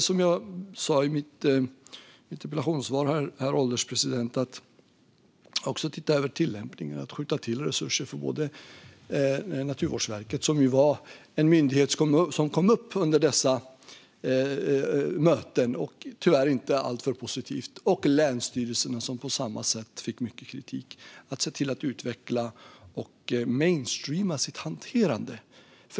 Som jag sa i mitt interpellationssvar, herr ålderspresident, ska vi se över tillämpningen och skjuta till resurser till både Naturvårdsverket, en myndighet som togs upp under dessa möten och tyvärr inte alltför positivt, och länsstyrelserna som på samma sätt fick mycket kritik. Vi ska se till att de utvecklar och mainstreamar sitt hanterande.